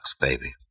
baby